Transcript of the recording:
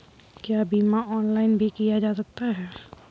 क्या बीमा ऑनलाइन भी किया जा सकता है?